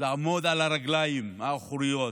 לעמוד על הרגליים האחוריות